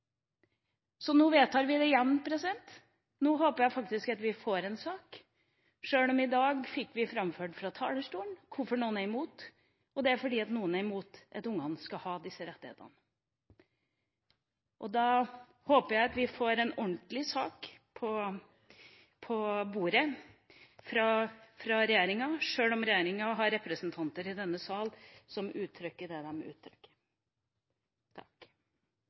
Nå vedtar vi det igjen, og nå håper jeg faktisk at vi får en sak, sjøl om vi i dag fikk framført fra talerstolen hvorfor noen er imot, og det er fordi noen er imot at ungene skal ha disse rettighetene. Jeg håper at vi får en ordentlig sak på bordet fra regjeringa, sjøl om regjeringa har representanter i denne sal som uttrykker det de uttrykker.